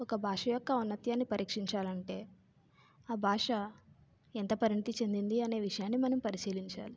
ఒక్క భాష యొక్క ఔనత్యాన్ని పరీక్షించాలి అంటే ఆ భాష ఎంత పరిణితి చెందింది అనే విషయాన్ని మనం పరిశీలించాలి